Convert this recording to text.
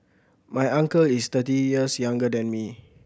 my uncle is thirty years younger than me